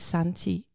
Santi